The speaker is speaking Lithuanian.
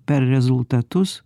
per rezultatus